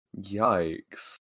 Yikes